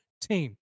team